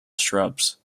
shrubs